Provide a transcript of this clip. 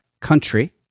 Country